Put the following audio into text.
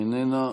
איננה.